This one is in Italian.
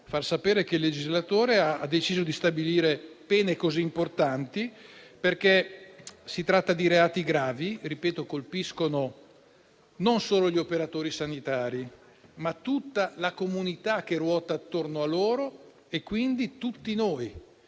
far sapere che il legislatore ha deciso di stabilire pene così importanti, perché si tratta di reati gravi, che, lo ribadisco, colpiscono non solo gli operatori sanitari, ma tutta la comunità che ruota attorno a loro, quindi tutti noi